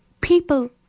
people